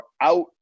out